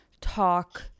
talk